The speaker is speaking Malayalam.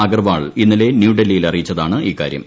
അഗർവാൾ ഇന്നലെ ന്യൂഡൽഹിയിൽ അറിയിച്ചതാണ് ഇക്കാര്യം